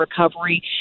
recovery